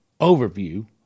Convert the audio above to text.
overview